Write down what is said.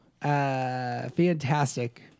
fantastic